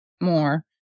More